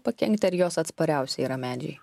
pakenkti ar jos atspariausi yra medžiai